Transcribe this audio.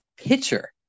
pitcher